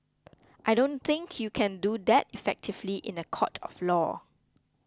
I don't think you can do that effectively in a court of law